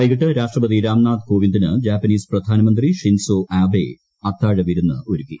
വൈകിട്ട് രാഷ്ട്രപതി രാംനാഥ് കോവിന്ദിന് ജാപ്പനീസ് പ്രധാനമന്ത്രി ഷിൻസോ ആബേ അത്താഴവിരുന്ന് ഒരുക്കി